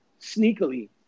sneakily